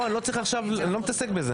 לא, אני לא צריך עכשיו, אני לא מתעסק בזה.